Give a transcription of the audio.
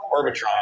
Orbitron